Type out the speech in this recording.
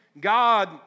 God